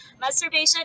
Masturbation